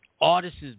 artists